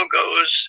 goes